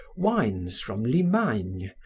wines from limagne,